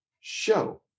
show